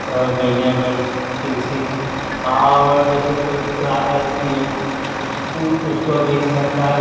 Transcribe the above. हर महीने में पिनसिन और जैसे कोई विकलांग आदमी है उसको उसको भी सरकार